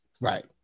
Right